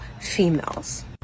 females